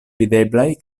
videblaj